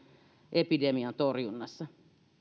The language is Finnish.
epidemian torjunnassa